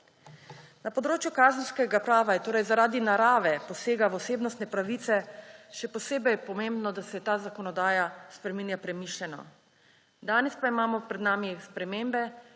Na področju kazenskega prava je zaradi narave posega v osebnostne pravice še posebej pomembno, da se ta zakonodaja spreminja premišljeno, danes pa imamo pred sabo spremembe,